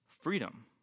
freedom